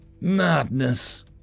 madness